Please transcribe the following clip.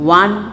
one